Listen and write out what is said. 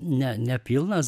ne nepilnas